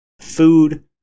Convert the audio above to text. food